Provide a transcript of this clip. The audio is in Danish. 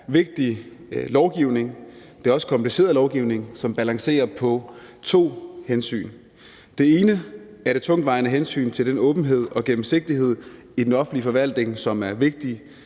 vigtig lovgivning, og det er også kompliceret lovgivning, som balancerer på to hensyn. Det ene er det tungtvejende hensyn til den åbenhed og gennemsigtighed i den offentlige forvaltning, som er vigtig